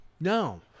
No